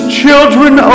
children